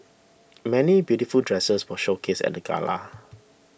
many beautiful dresses were showcased at the gala